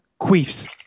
Queefs